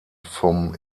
vom